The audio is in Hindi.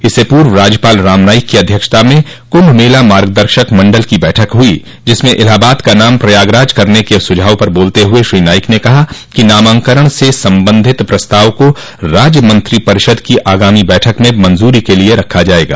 इससे पूर्व राज्यपाल राम नाईक की अध्यक्षता में कुंभ मेला मार्गदर्शक मंडल की बैठक हुई जिसमें इलाहाबाद का नाम प्रयागराज करने के सुझाव पर बोलते हुए श्री नाईक ने कहा कि नामकरण से संबंधित प्रस्ताव को राज्य मंत्रिपरिषद की आगामी बैठक में मंज्री के लिए रखा जायेगा